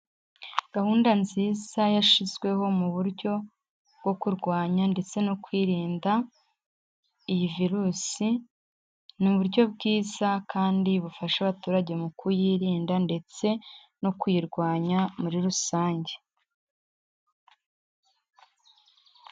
Gahunda nziza yashyizweho mu buryo bwo kurwanya ndetse no kwirinda iyi virusi, ni uburyo bwiza kandi bufasha abaturage mu kuyirinda ndetse no kuyirwanya muri rusange.